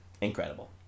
Incredible